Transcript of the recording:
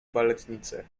baletnice